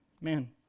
man